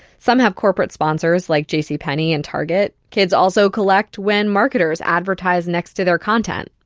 some have corporate sponsors like j c. penney and target. kids also collect when marketers advertise next to their content.